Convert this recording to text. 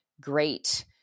great